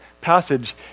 passage